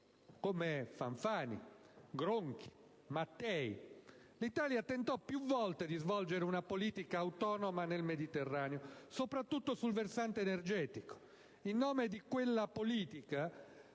come Fanfani, Gronchi, Mattei, l'Italia tentò più volte di svolgere una politica autonoma nel Mediterraneo, soprattutto sul versante energetico. Il nome di quella politica